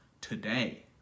today